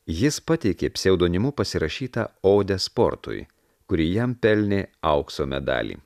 jis pateikė pseudonimu pasirašytą odę sportui kuri jam pelnė aukso medalį